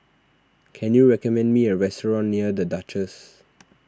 can you recommend me a restaurant near the Duchess